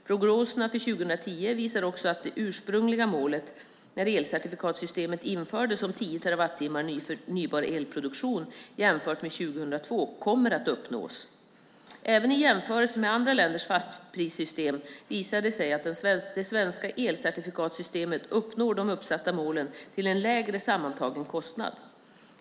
Prognoserna för 2010 visar också att det ursprungliga målet när elcertifikatssystemet infördes om tio terawattimmar ny förnybar elproduktion jämfört med 2002 kommer att uppnås. Även i jämförelse med andra länders fastprissystem visar det sig att det svenska elcertifikatssystemet uppnår de uppsatta målen till en lägre sammantagen kostnad.